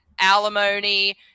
alimony